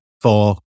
four